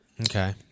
Okay